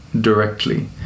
directly